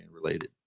related